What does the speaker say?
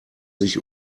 sich